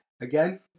Again